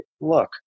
look